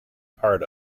part